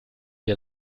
wir